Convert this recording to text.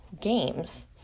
games